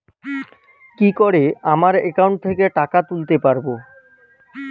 কি করে আমার একাউন্ট থেকে টাকা তুলতে পারব?